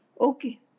Okay